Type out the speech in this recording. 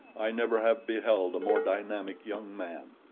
i never have beheld a more dynamic young man.